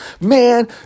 Man